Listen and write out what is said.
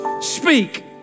speak